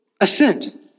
assent